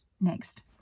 next